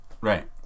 Right